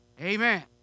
Amen